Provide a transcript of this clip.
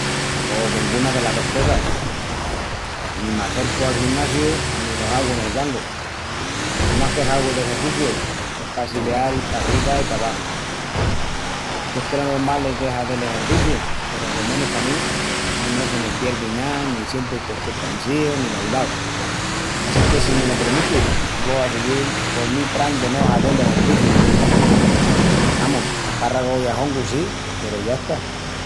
Pos denguna delas dos cosas. Ni m'acercu al ginasiu ni lo hagu nel guangu. Lo más que hagu d'exerciciu es passileal parriba i pabaxu. Quiciás que lo normal es de hazel exerciciu peru, alo menus pa mí, no se me pierdi ná ni sientu que esté transíu ni baldau assinque, si me lo premitis, vo a siguil col mi pran de no hazel exerciciu. Amus, a espárragus i a hongus sí, peru yasta.